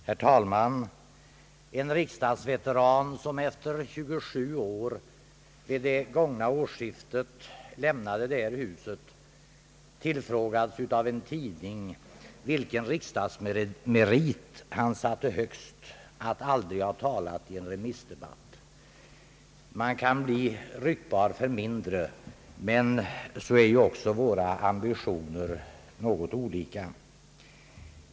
Herr talman! En riksdagsveteran, som efter 27 år i riksdagen vid det gångna årsskiftet lämnade detta hus, tillfrågades av en tidning, vilken riksdagsmerit som han satte högst och svarade: »Att aldrig ha talat i en remissdebatt.« Man kan bli ryktbar för mindre, men våra ambitioner är ju också något olika.